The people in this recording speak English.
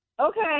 Okay